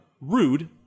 Rude